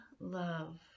love